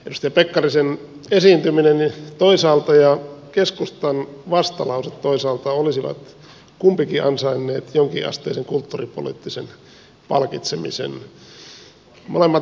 edustaja pekkarisen esiintyminen toisaalta ja keskustan vastalause toisaalta olisivat kumpikin ansainneet jonkinasteisen kulttuuripoliittisen palkitsemisen